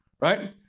right